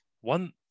one